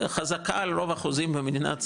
חזקה על כל החוזים במדינת ישראל,